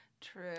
true